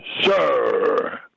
sir